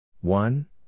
one